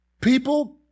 people